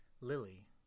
Lily